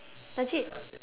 legit